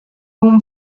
room